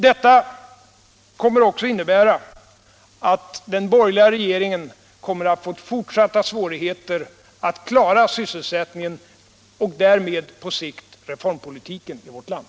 Följden kommer också att bli att den borgerliga regeringen får fortsatta svårigheter att klara sysselsättningen och därmed på sikt reformpolitiken i vårt land.